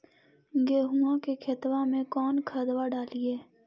गेहुआ के खेतवा में कौन खदबा डालिए?